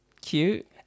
cute